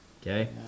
Okay